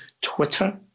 Twitter